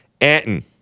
Anton